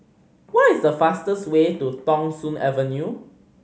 what is the fastest way to Thong Soon Avenue